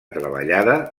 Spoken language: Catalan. treballada